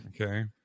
Okay